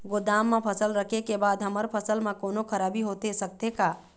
गोदाम मा फसल रखें के बाद हमर फसल मा कोन्हों खराबी होथे सकथे का?